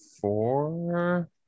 four